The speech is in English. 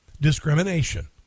discrimination